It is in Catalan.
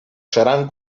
seran